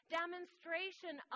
demonstration